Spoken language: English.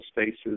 spaces